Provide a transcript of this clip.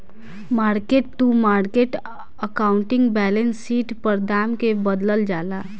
market to market accounting balance sheet पर दाम के बदलल जाला